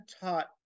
taught